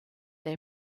their